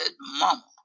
mama